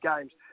games